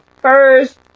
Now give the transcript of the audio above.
first